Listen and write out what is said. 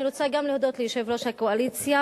אני רוצה גם להודות ליושב-ראש הקואליציה,